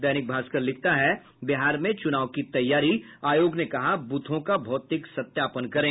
दैनिक भास्कर लिखता है बिहार में चूनाव की तैयारी आयोग ने कहा बूथों का भौतिक सत्यापन करें